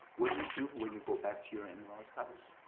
what do you do when you go back to your in laws house?